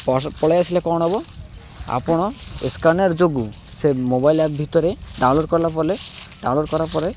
ପଳେଇ ଆସିଲେ କ'ଣ ହବ ଆପଣ ସ୍କାନର୍ ଯୋଗୁଁ ସେ ମୋବାଇଲ୍ ଆପ୍ ଭିତରେ ଡାଉନଲୋଡ଼୍ କଲା ପରେ ଡାଉନଲୋଡ଼୍ କରିଲା ପରେ